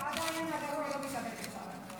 ועדיין הגרוע לא מקבל אותנו.